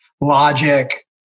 logic